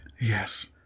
Yes